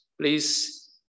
please